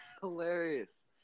Hilarious